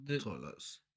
Toilets